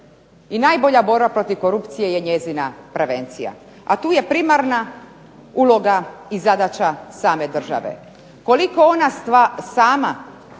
i najbolja borba protiv korupcije je njezina prevencija, a tu je primarna uloga i zadaća same države. Koliko ona sama